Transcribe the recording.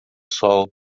sol